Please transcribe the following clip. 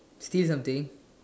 steal something